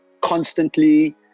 constantly